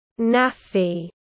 Nafi